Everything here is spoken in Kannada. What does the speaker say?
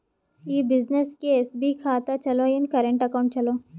ಈ ಬ್ಯುಸಿನೆಸ್ಗೆ ಎಸ್.ಬಿ ಖಾತ ಚಲೋ ಏನು, ಕರೆಂಟ್ ಅಕೌಂಟ್ ಚಲೋ?